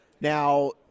Now